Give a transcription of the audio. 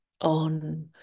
on